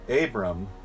Abram